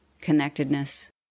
connectedness